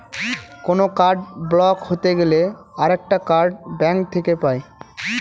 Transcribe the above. কোনো card block হতে গেলে আরেকটা কার্ড ব্যাঙ্ক থেকে পাই